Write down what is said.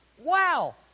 Wow